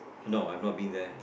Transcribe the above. no I've not been there